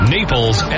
Naples